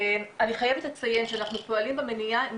אני חייבת לציין שאנחנו פועלים במניעה עם